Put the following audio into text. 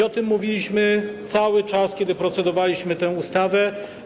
O tym mówiliśmy cały czas, kiedy procedowaliśmy nad tą ustawą.